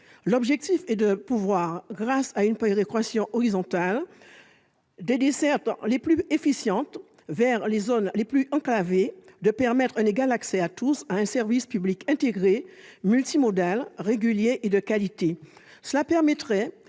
L'objectif est, grâce à une péréquation horizontale des dessertes les plus efficientes vers les zones les plus enclavées, de permettre un égal accès à tous à un service public intégré, multimodal, régulier et de qualité. Cela aurait